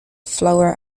flower